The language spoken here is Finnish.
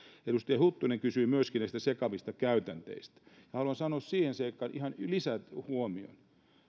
edustaja huttunen kysyi myöskin näistä sekavista käytänteistä minä haluan sanoa siihen seikkaan ihan lisähuomion